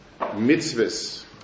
mitzvahs